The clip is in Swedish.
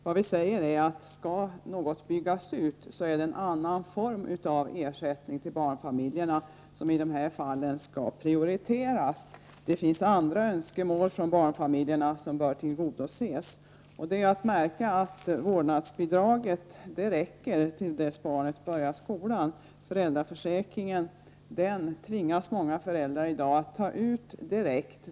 Vad vi säger är att skall något byggas ut är det en annan form av ersättning till barnfamiljerna som skall prioriteras. Det finns andra önskemål från barnfamiljerna som bör tillgodoses. Det är att märka att vårdnadsbidraget räcker tills barnet börjar skolan. Föräldraförsäkringen tvingas många föräldrar i dag ta ut direkt.